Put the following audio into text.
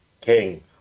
King